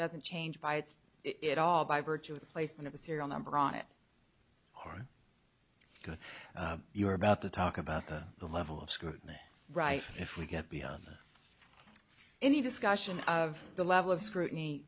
doesn't change by its it all by virtue of the placement of a serial number on it or good you're about to talk about the the level of scrutiny right if we get beyond any discussion of the level of scrutiny